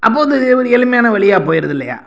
அப்போ வந்து இது ஒரு எளிமையான வழியாக போயிருது இல்லையா